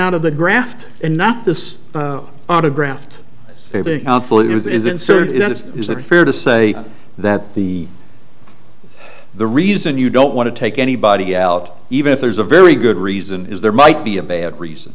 out of the graft and not this autographed is inserted is that fair to say that the the reason you don't want to take anybody out even if there's a very good reason is there might be a bad reason